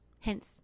hence